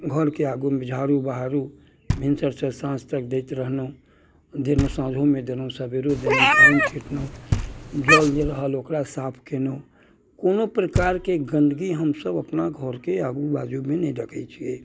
घरके आगूमे भी झाड़ू बहारू भिनसरसँ साँझ तक दैत रहलहुँ देलहुँ साँझोमे देलहुँ सवेरे देलहुँ पानि छिटलहुँ जल जे रहल ओकरा साफ कयलहुँ कोनो प्रकारके गन्दगी हमसब अपना घर के आजू बाजूमे नहि रखैत छियै